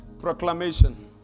proclamation